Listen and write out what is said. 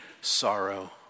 sorrow